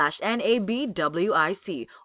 nabwic